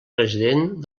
president